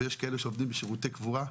ויש כאלה שעובדים בשירותי קבורה,